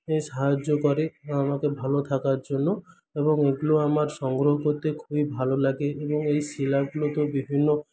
সাহায্য করে আমাকে ভালো থাকার জন্য এবং এগুলো আমার সংগ্রহ করতে খুবই ভালো লাগে এবং এই শিলাগুলোকে বিভিন্ন